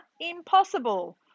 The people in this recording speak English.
impossible